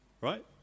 right